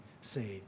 saved